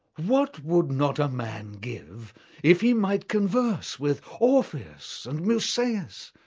what would not a man give if he might converse with orpheus and musaeus,